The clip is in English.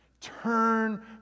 Turn